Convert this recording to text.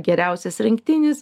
geriausias rinktinis